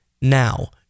now